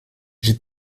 j’ai